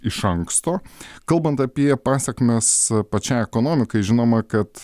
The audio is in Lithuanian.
iš anksto kalbant apie pasekmes pačiai ekonomikai žinoma kad